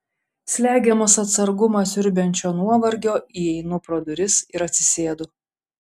slegiamas atsargumą siurbiančio nuovargio įeinu pro duris ir atsisėdu